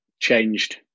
changed